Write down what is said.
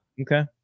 Okay